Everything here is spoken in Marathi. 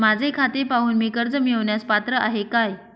माझे खाते पाहून मी कर्ज मिळवण्यास पात्र आहे काय?